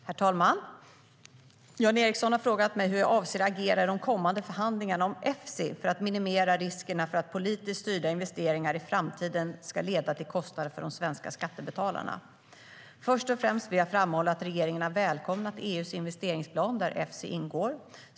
Herr talman! Jan Ericson har frågat mig hur jag avser att agera i de kommande förhandlingarna om Efsi för att minimera riskerna för att politiskt styrda investeringar i framtiden ska leda till kostnader för de svenska skattebetalarna. Först och främst vill jag framhålla att regeringen har välkomnat EU:s investeringsplan där Efsi ingår.